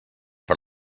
per